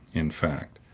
in fact,